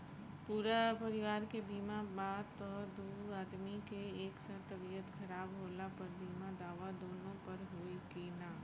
पूरा परिवार के बीमा बा त दु आदमी के एक साथ तबीयत खराब होला पर बीमा दावा दोनों पर होई की न?